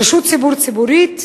רשות שידור ציבורית,